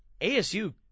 ASU